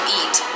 eat